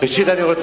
אני אבקש